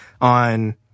on